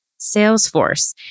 Salesforce